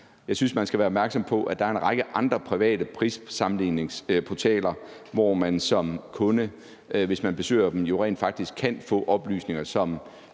jeg synes, man skal være opmærksom på, at der er en række andre private prissammenligningsportaler, hvor man som kunde, hvis man besøger dem, rent faktisk kan få oplysninger, som